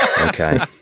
Okay